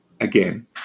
again